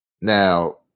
Now